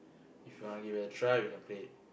if you want give it a try we can play